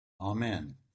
Amen